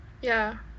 ya